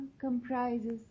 comprises